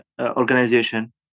organization